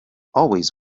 always